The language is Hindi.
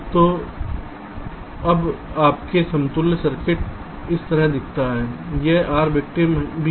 तो अब आपके समतुल्य सर्किट इस तरह दिखता है यहां R विक्टिम भी है